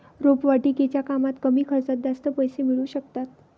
रोपवाटिकेच्या कामात कमी खर्चात जास्त पैसे मिळू शकतात